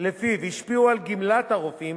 לפיו השפיעו על גמלת הרופאים